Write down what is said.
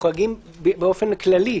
מוחרגים באופן כללי.